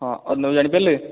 ହଁ ଅନୁ ବାବୁ ଜାଣିପାରିଲେ